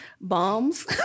Bombs